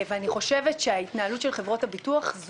ואני חושבת שההתנהלות של חברות הביטוח היא